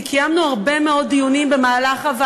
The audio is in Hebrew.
כי קיימנו הרבה מאוד דיונים בוועדה.